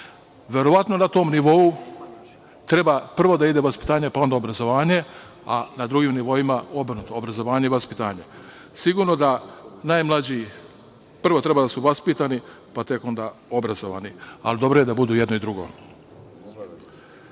Verovatno na tom nivou treba prvo da ide vaspitanje pa onda obrazovanje, a na drugim nivoima obrnuto, obrazovanje i vaspitanje. Sigurno da najmlađi prvo treba da su vaspitani pa onda obrazovani. Ali dobro je da budu i jedno i drugo. Što